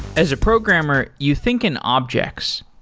as a programmer, you think an object.